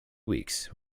weeks